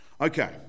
Okay